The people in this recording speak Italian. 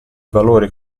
valori